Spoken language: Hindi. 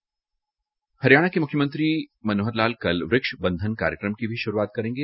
कल हरियाणा के मुख्यमंत्री मनोहर लाल वृक्ष बंधन कार्यक्रम की भी शुरूआत करेंगे